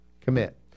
commit